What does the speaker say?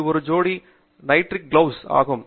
இது ஒரு ஜோடி நைட்ரிக் கையுறைகள் ஆகும்